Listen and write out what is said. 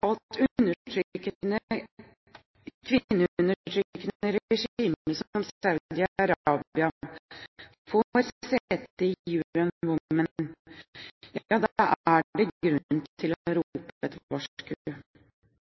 da er det grunn til å